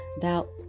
thou